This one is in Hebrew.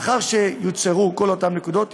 לאחר שיוצהרו כל אותן נקודות,